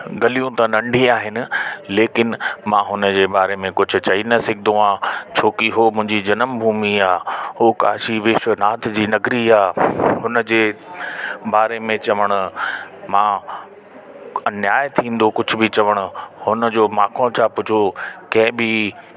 गलियूं त नंढी आहिनि लेकिन मां हुनजे बारे में कुझु चई सघंदो आहिंयां छोकि हुओ मुंहिंजी जन्मभूमी आहे उहो काशी विश्वनाथ जी नगरी आहे हुनजे बारे में चवण मां अन्याय थींदो कुझु बि चवण आहे हुनजो मां को चाप जो कंहिं बि